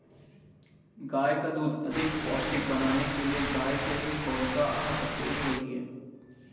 गाय का दूध अधिक पौष्टिक बनाने के लिए गाय के लिए कौन सा आहार सबसे उपयोगी है?